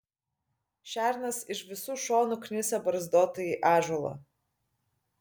šernas iš visų šonų knisa barzdotąjį ąžuolą